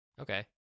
Okay